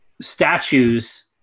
statues